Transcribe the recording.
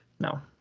No